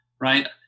right